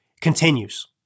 continues